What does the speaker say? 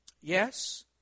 Yes